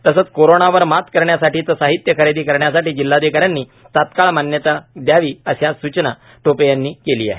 तसंच कोरोनावर मात करण्यासाठीचं साहित्य खरेदी करण्यासाठी जिल्हाधिकाऱ्यानी तात्काळ मान्यता द्यावी अशी सूचना टोपे यांनी केली आहे